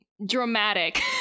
dramatic